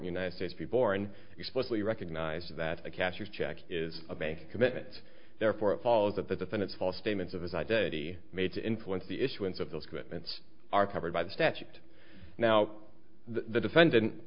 united states be borne explicitly recognizes that a cashier's check is a bank commitment therefore it follows that the defendant's false statements of his identity made to influence the issuance of those commitments are covered by the statute now the defendant